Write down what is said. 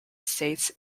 states